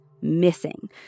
missing